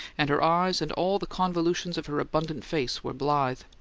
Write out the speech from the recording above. and her eyes and all the convolutions of her abundant face were blithe.